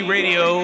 Radio